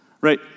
right